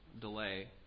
delay